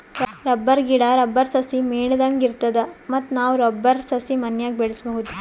rubber ಗಿಡಾ, rubber ಸಸಿ ಮೇಣದಂಗ್ ಇರ್ತದ ಮತ್ತ್ ನಾವ್ ರಬ್ಬರ್ ಸಸಿ ಮನ್ಯಾಗ್ ಬೆಳ್ಸಬಹುದ್